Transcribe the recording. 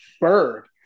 bird